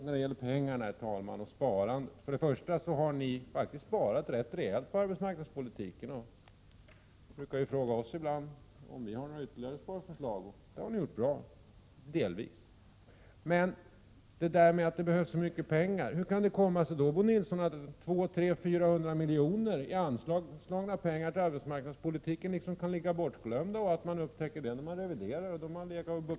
När det gäller pengar och sparande kan jag säga att ni faktiskt sparar rätt rejält på arbetsmarknadspolitiken. Ni brukar fråga oss ibland om vi har ytterligare sparförslag. Ni har delvis sparat bra! Bo Nilsson säger att det behövs mycket pengar. Men hur kan det komma sig att 200-300-400 miljoner som har anslagits till arbetsmarknadspolitiken kan ligga och ”guppa” i flera år — och upptäckas först då det blir revision?